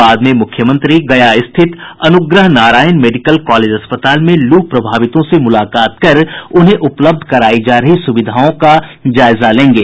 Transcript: बाद में मुख्यमंत्री गया स्थित अनुग्रहा नारायण मेडिकल कॉलेज अस्पताल में लू प्रभावितों से मुलाकात कर उन्हें उपलब्ध करायी जा रही सुविधाओं का जायजा लेंगे